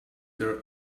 their